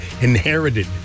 inherited